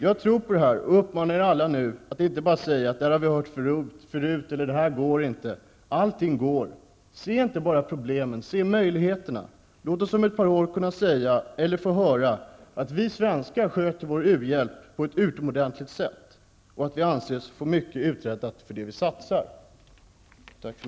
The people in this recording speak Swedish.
Jag tror på det som jag här har nämnt och uppmanar er alla att inte bara säga att det här är något som sagts förut eller att det här inte går. Allting går! Se inte bara problemen utan också möjligheterna! Jag hoppas att vi om ett par år kan säga eller få höra att vi svenskar sköter vår u-hjälp på ett utomordentligt sätt och att vi anses få mycket för det som vi satsar.